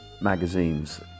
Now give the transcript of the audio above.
magazines